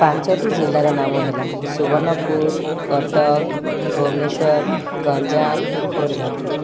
ପାଞ୍ଚୋଟି ଜିଲ୍ଲାର ନାମ ହେଲା ସୁବର୍ଣ୍ଣପୁର କଟକ ଭୁବନେଶ୍ୱର ଗଞ୍ଜାମ ଖୋର୍ଦ୍ଧା